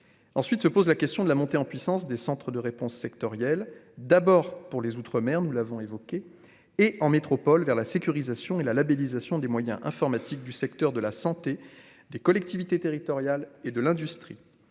ensuite, se pose la question de la montée en puissance des centres de réponse sectorielles, d'abord pour les Outre-mer, nous l'avons évoqué et en métropole vers la sécurisation et la labellisation des moyens informatiques du secteur de la santé des collectivités territoriales et de l'industrie,